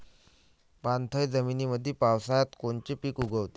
पाणथळ जमीनीमंदी पावसाळ्यात कोनचे पिक उगवते?